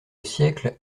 siècle